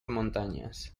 montañas